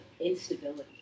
instability